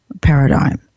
paradigm